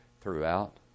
throughout